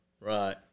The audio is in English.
Right